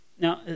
Now